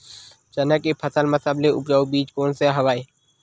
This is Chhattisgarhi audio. चना के फसल म सबले उपजाऊ बीज कोन स हवय?